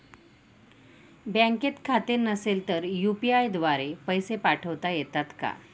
बँकेत खाते नसेल तर यू.पी.आय द्वारे पैसे पाठवता येतात का?